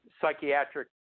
psychiatric